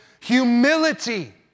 humility